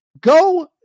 go